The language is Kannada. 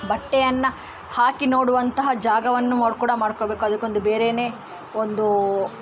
ಬಟ್ಟೆಯನ್ನು ಹಾಕಿ ನೋಡುವಂತಹ ಜಾಗವನ್ನು ಮಾಡಿ ಕೂಡ ಮಾಡಿಕೋಬೇಕು ಅದಕ್ಕೊಂದು ಬೇರೆನೇ ಒಂದು